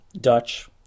Dutch